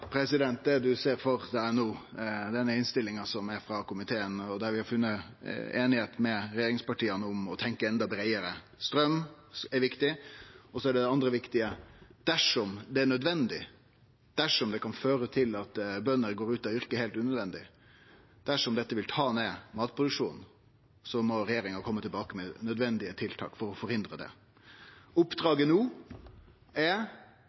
ser for seg i innstillinga frå komiteen, der vi har funne einigheit med regjeringspartia om å tenkje enda breiare. Straum er viktig. Det andre viktige er: Dersom det er nødvendig – dersom dette kan føre til at bønder går ut av yrket heilt unødvendig, og dersom dette vil ta ned matproduksjonen – må regjeringa kome tilbake med nødvendige tiltak for å forhindre det. Oppdraget no er